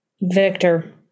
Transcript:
victor